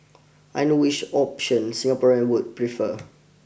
I know which option Singaporeans would prefer